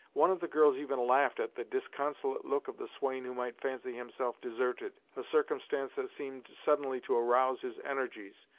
one of the girls even laughed at the disconsolate look of the swain who might fancy himself deserted, a circumstance that seemed suddenly to arouse his energies,